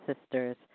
sisters